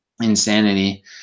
insanity